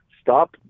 Stop